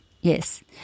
yes